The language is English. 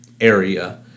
area